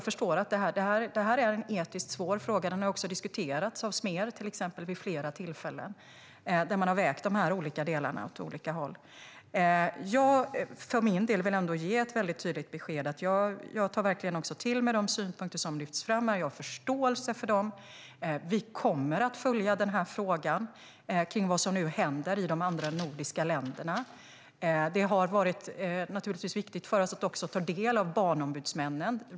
Det här är en etiskt svår fråga. Den har också diskuterats vid flera tillfällen av till exempel Smer, som har vägt de olika delarna i frågan åt olika håll. För min del vill jag ge ett tydligt besked. Jag tar verkligen till mig de synpunkter som har lyfts fram här, och jag har förståelse för dem. Vi kommer att följa frågan om vad som händer i de andra nordiska länderna. Det har naturligtvis varit viktigt för oss att också ta del av vad barnombudsmännen har fört fram.